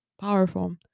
powerful